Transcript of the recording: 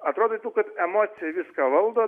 atrodytų kad emocija viską valdo